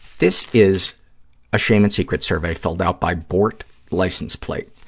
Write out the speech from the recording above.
this is a shame and secrets survey filled out by bort license plate,